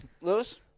Lewis